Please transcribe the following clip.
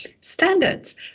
standards